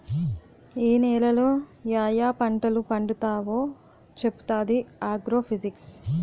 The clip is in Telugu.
ఏ నేలలో యాయా పంటలు పండుతావో చెప్పుతాది ఆగ్రో ఫిజిక్స్